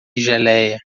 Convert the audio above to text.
geléia